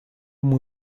умы